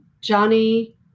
Johnny